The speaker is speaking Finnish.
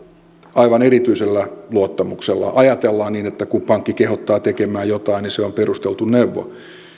aivan erityisellä luottamuksella ajatellaan että kun pankki kehottaa tekemään jotain niin se on perusteltu neuvo